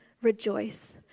Rejoice